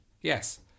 Yes